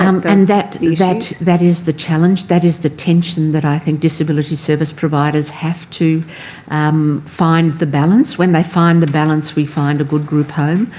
and and that that that is the challenge. that is the tension that i think disability service providers have to um find the balance. when they find the balance we find a good group home.